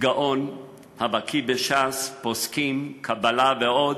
גאון הבקי בש"ס, פוסקים, קבלה ועוד,